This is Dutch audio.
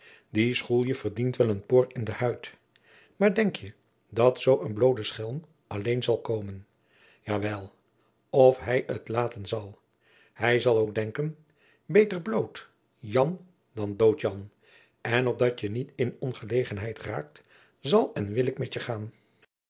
die schoelje verdient wel een por in de huid maar denk je dat zoo een bloode schelm alleen zal komen ja wel of hij t laten zal hij zal ook denken beter blood jan als dood jan en opdat je niet in ongelegenheid raakt zal en wil ik met gaan